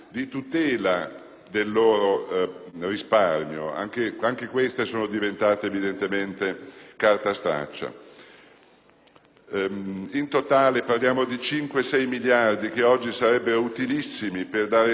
del loro risparmio? Anche queste sono diventate, evidentemente, carta straccia. In totale, parliamo di 5-6 miliardi, che oggi sarebbero molto utili per dare sollievo